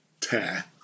tear